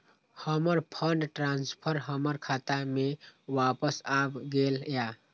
हमर fund transfer हमर खाता में वापस आब गेल या